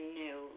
new